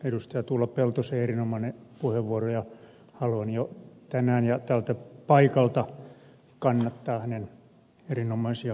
tuula peltosen erinomainen puheenvuoro ja haluan jo tänään ja tältä paikalta kannattaa hänen erinomaisia esityksiään